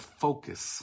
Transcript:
focus